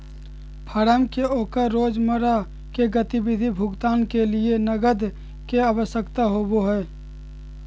firm के ओकर रोजमर्रा के गतिविधि भुगतान के लिये नकद के आवश्यकता होबो हइ